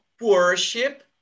worship